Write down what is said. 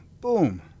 boom